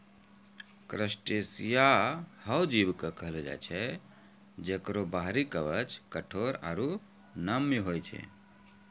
crustacea हो जीव कॅ कहलो जाय छै जेकरो बाहरी कवच कठोर आरो नम्य होय छै